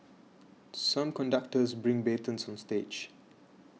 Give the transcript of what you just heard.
some conductors bring batons on stage